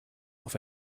auf